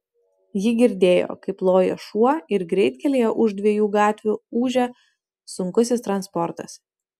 ji girdėjo kaip loja šuo ir greitkelyje už dviejų gatvių ūžia sunkusis transportas